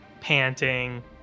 panting